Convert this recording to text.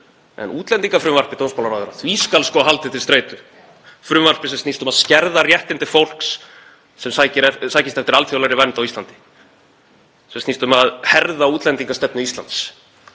en útlendingafrumvarpi dómsmálaráðherra skal haldið til streitu, frumvarpi sem snýst um að skerða réttindi fólks sem sækist eftir alþjóðlegri vernd á Íslandi, sem snýst um að herða útlendingastefnu Íslands.